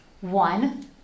One